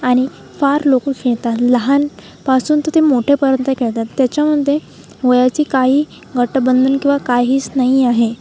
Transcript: आणि फार लोक खेळतात लहान पासून तर ते मोठेपर्यंत खेळतात त्याच्यामध्ये वयाची काही गटबंधन किंवा काहीच नाही आहे